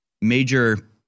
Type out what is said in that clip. major